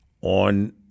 on